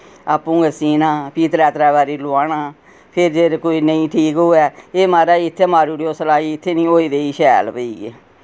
आपूं गै सीना फ्ही त्रै त्रै बारी लुहाना फ्ही जे कर कोई नेईं ठीक होऐ एह् माराज इत्थै मारी ओड़ेओ सलाई इत्थै निं होई दी शैल वेइ ए